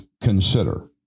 consider